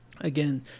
Again